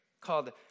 called